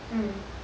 mm